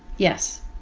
yes.